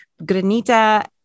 granita